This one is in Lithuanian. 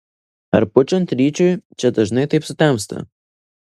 ar pučiant ryčiui čia dažnai taip sutemsta